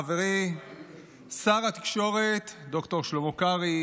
חברי שר התקשורת ד"ר שלמה קרעי,